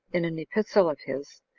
in an epistle of his,